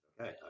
okay